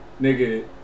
nigga